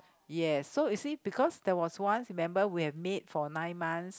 yes so you see because there was once you remember we have maid for nine months